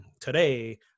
today